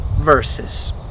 verses